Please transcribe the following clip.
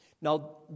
Now